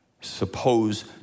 suppose